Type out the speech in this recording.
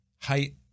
height